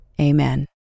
Amen